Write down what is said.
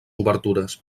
obertures